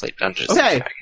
Okay